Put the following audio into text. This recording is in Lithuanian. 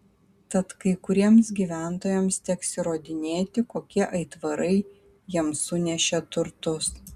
tad kai kuriems gyventojams teks įrodinėti kokie aitvarai jiems sunešė turtus